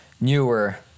newer